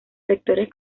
sectores